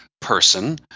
person